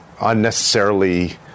unnecessarily